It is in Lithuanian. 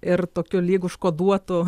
ir tokiu lyg užkoduotų